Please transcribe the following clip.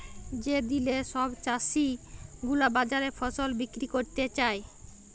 যে দিলে সব চাষী গুলা বাজারে ফসল বিক্রি ক্যরতে যায়